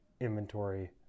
inventory